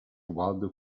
waldo